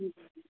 हुँ